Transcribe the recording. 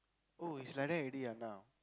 oh is like that already ah now